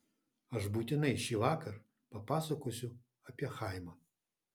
aš būtinai šįvakar papasakosiu apie chaimą